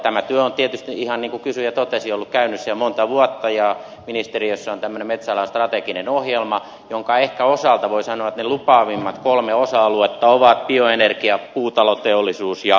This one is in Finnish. tämä työ on tietysti ihan niin kuin kysyjä totesi ollut käynnissä jo monta vuotta ja ministeriössä on tämmöinen metsäalan strateginen ohjelma jonka osalta ehkä voi sanoa että ne lupaavimmat kolme osa aluetta ovat bioenergia puutaloteollisuus ja biojalostamot